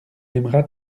aimera